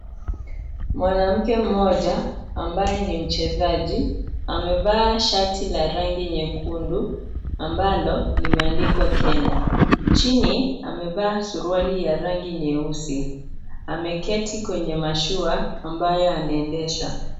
Mwanamke mmoja ambaye ni mchezaji amevaa shati la rangi nyekundu ambalo limeandikwa Kenya, chini amevaa suruali ya rangi nyeusi . Ameketi kwenye mashua ambayo anaendesha.